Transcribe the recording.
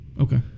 Okay